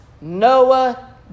Noah